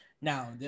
Now